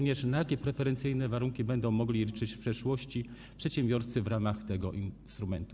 Na jakie preferencyjne warunki będą mogli liczyć w przyszłości przedsiębiorcy w ramach tego instrumentu?